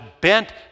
bent